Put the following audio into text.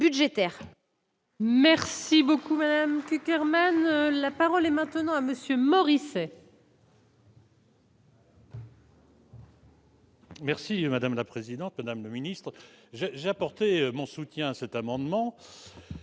Merci beaucoup, c'est Hermann, la parole est maintenant à Monsieur Morisset. Merci madame la présidente, madame le ministre j'ai apporté mon soutien à cet amendement